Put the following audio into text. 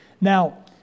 Now